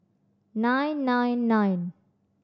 nine nine nine